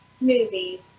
Movies